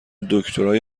دکترای